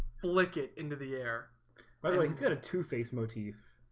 flick it into the air by the way. it's got a two-face motif.